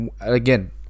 again